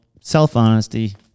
self-honesty